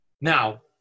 Now